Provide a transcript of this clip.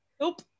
Nope